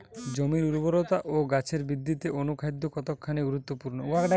জমির উর্বরতা ও গাছের বৃদ্ধিতে অনুখাদ্য কতখানি গুরুত্বপূর্ণ?